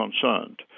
concerned